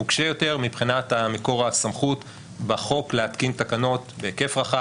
מוקשה יותר מבחינת מקור הסמכות בחוק להתקין תקנות בהיקף רחב,